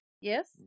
Yes